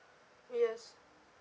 yes